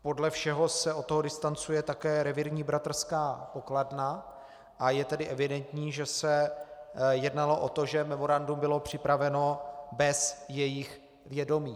Podle všeho se od toho distancuje také Revírní bratrská pokladna, a je tedy evidentní, že se jednalo o to, že memorandum bylo připraveno bez jejich vědomí.